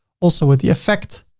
also with the effect.